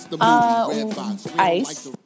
Ice